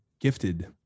gifted